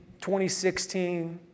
2016